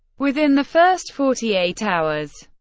within the first forty eight hours,